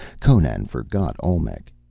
conan forgot olmec.